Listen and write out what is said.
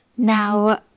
Now